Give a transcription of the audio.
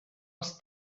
els